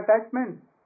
attachment